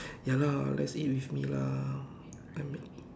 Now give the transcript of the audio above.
ya lah let's eat with me lah I'm